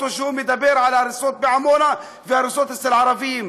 כשהוא מדבר על הריסות בעמונה והריסות אצל ערבים.